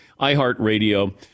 iHeartRadio